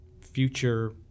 future